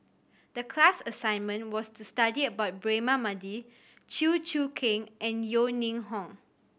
the class assignment was to study about Braema Mathi Chew Choo Keng and Yeo Ning Hong